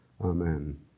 amen